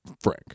Frank